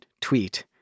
tweet